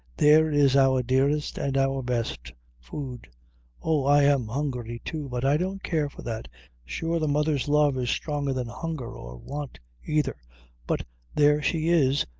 there is our dearest and our best food oh, i am hungry, too but i don't care for that sure the mother's love is stronger than hunger or want either but there she is,